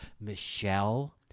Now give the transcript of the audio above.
Michelle